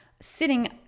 sitting